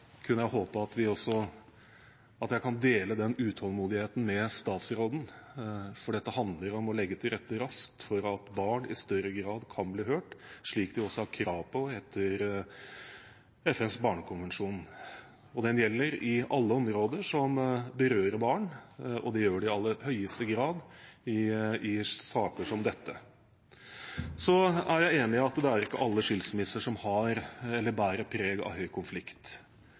kunne jeg håpe at jeg kunne dele den utålmodigheten med statsråden, for dette handler om å legge til rette raskt for at barn i større grad kan bli hørt, slik de også har krav på etter FNs barnekonvensjon. Den gjelder på alle områder som berører barn, og den gjør det i aller høyeste grad i saker som dette. Så er jeg enig i at det ikke er alle skilsmisser som bærer preg av høy konflikt,